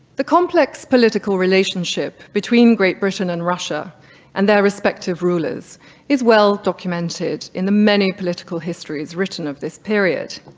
the complex political relationship between great britain and russia and their respective rules is is well-documented in the many political histories written of this period.